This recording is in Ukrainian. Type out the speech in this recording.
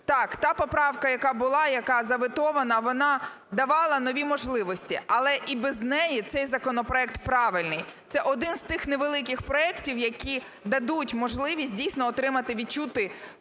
Так, та поправка, яка була, яка заветована, вона давала нові можливості, але і без неї цей законопроект правильний. Це один з тих невеликих проектів, які дадуть можливість дійсно отримати, відчути